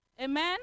Amen